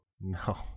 No